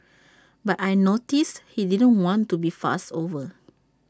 but I noticed she didn't want to be fussed over